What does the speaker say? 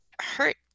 hurt